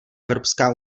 evropská